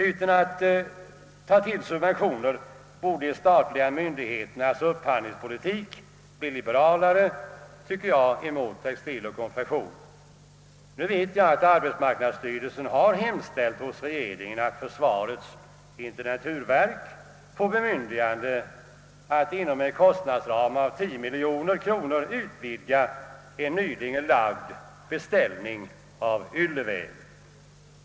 Utan att man tar till subventioner borde de statliga myndigheternas upphandlingspolitik bli liberalare, tycker jag, mot textil och konfektion. Nu vet jag att arbetsmarknadsstyrelsen har hemställt hos regeringen att försvarets intendenturverk skall få bemyndigande att inom en kostnadsram av 10 miljoner kronor utvidga en nyligen lagd beställning av ylleväv.